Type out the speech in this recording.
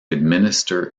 administer